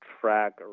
track